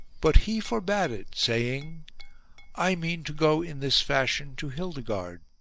but he forbade it saying i mean to go in this fashion to hildigard.